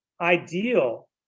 ideal